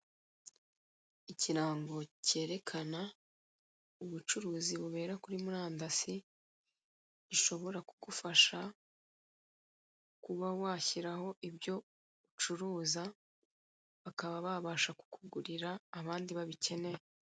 Ikirango kerekana ubucuruzi bubera kuri murandasi bishobora kugufasha kuba washyiraho ibyo ucuruza bakaba babasha kukugurira abandi babikeneye.